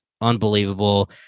unbelievable